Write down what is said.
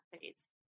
phase